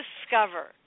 discover